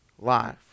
life